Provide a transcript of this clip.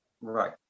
Right